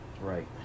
right